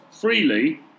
freely